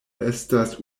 estas